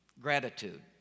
Gratitude